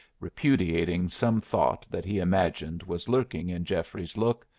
repudiating some thought that he imagined was lurking in geoffrey's look.